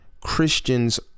Christians